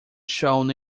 shone